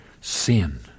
sin